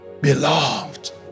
Beloved